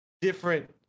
different